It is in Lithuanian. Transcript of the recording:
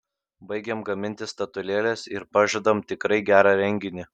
baigiam gaminti statulėles ir pažadam tikrai gerą renginį